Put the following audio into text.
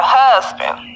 husband